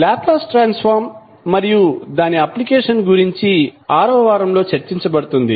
Laplace transform మరియు దాని application గురించి 6 వ వారంలో చర్చించబడుతుంది